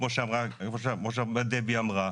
כמו שדבי אמרה,